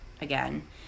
again